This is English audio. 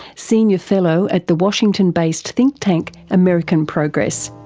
senior fellow at the washington based think-tank american progress,